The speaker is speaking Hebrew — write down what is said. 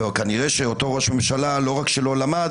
כנראה שאותו ראש הממשלה לא רק שלא למד,